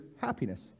happiness